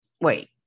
wait